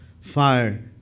fire